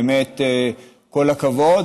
באמת כל הכבוד,